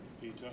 Peter